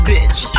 Bitch